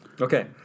Okay